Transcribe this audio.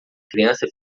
criança